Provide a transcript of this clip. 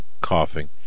coughing